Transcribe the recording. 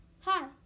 hi